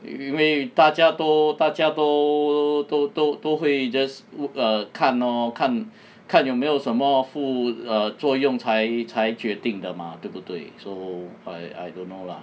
因为大家都大家都都都都会 just err 看 lor 看看有没有什么副 err 作用才才决定的 mah 对不对 so I I don't know lah